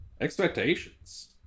expectations